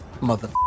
Mother